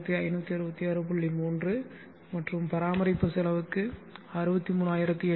3 மற்றும் பராமரிப்பு செலவுக்கு 63851